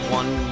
one